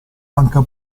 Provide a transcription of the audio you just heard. manca